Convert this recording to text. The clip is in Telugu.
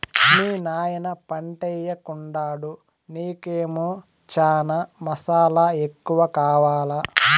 మీ నాయన పంటయ్యెకుండాడు నీకేమో చనా మసాలా ఎక్కువ కావాలా